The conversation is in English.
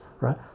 right